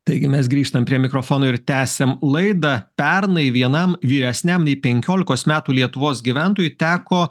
taigi mes grįžtam prie mikrofono ir tęsiam laidą pernai vienam vyresniam nei penkiolikos metų lietuvos gyventojui teko